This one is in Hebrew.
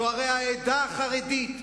זו הרי העדה החרדית.